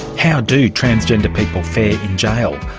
how do transgender people fare in jail?